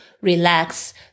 relax